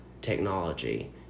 technology